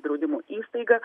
draudimo įstaigą